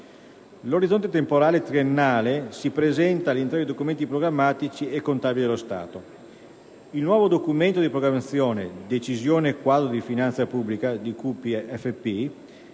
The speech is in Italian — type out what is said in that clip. L'orizzonte temporale triennale si ripresenta all'interno dei documenti programmatici e contabili dello Stato. Il nuovo documento di programmazione «Decisione quadro di finanza pubblica» (DQFP)